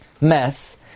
mess